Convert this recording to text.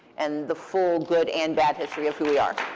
and the full good and bad history of who we are.